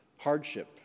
hardship